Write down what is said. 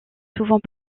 souvent